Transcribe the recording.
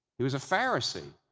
he was a pharisee,